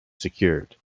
secured